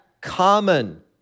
common